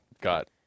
got